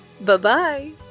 Bye-bye